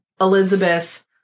Elizabeth